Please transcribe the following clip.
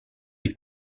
est